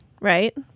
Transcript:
right